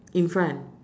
in front